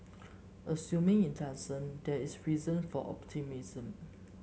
assuming it doesn't there is reason for optimism